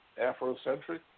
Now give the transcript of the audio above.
Afrocentric